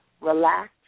Relax